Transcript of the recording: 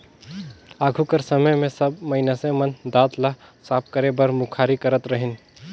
आघु कर समे मे सब मइनसे मन दात ल साफ करे बर मुखारी करत रहिन